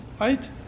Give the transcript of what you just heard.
right